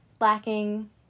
lacking